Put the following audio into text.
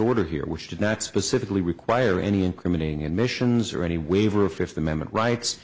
order here which did not specifically require any incriminating admissions or any waiver of fifth amendment rights